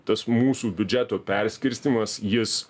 tas mūsų biudžeto perskirstymas jis